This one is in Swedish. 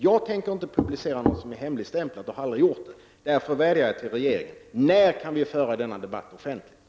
Jag tänker minsann inte publicera något som är hemligstämplat, och har heller aldrig gjort det. Därför vädjar jag om ett svar från regeringen på frågan: När kan vi föra denna debatt offentligt?